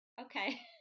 okay